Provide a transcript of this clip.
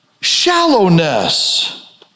shallowness